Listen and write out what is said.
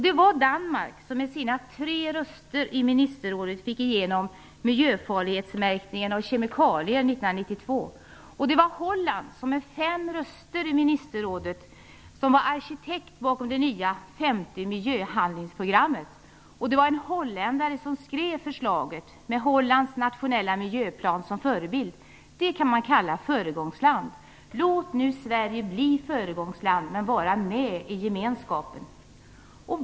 Det var Danmark som med sina tre röster i ministerrådet fick igenom miljöfarlighetsmärkningen av kemikalier 1992. Det var Holland med fem röster i ministerrådet som var arkitekten bakom det nya femte miljöhandlingsprogrammet. Det var en holländare som skrev förslaget med Hollands nationella miljöplan som förebild. Här kan man verkligen tala om ett föregångsland. Låt nu Sverige bli föregångsland och vara med i gemenskapen.